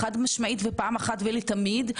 פעם אחת ולתמיד,